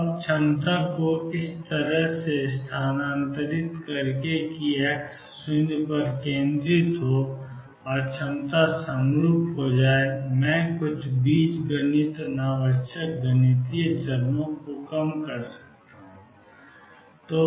अब क्षमता को इस तरह से स्थानांतरित करके कि x 0 पर केंद्रीकृत हो और क्षमता समरूप हो जाए मैं कुछ बीजगणित अनावश्यक गणितीय चरणों को कम कर सकता हूं